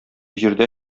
җирдә